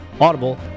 Audible